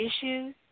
issues